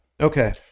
okay